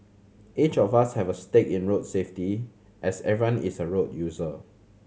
each of us have a stake in road safety as everyone is a road user